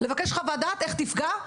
לבקש חוות דעת איך תפגע,